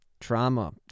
trauma